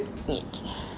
okay